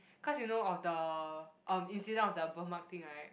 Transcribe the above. cause you know of the um incident of the birthmark thing right